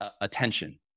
attention